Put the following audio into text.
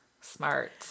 smart